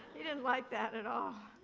he didn't like that at all.